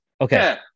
okay